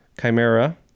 Chimera